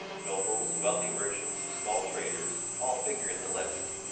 nobles, wealthy merchants, small traders, all figure in the list,